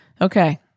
Okay